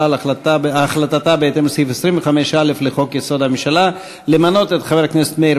על החלטתה בהתאם לסעיף 25(א) לחוק-יסוד: הממשלה על מינוי חבר הכנסת מאיר